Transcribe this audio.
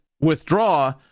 withdraw